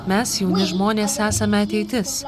mes jauni žmonės esame ateitis